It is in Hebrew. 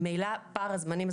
ממילא יש פער זמנים,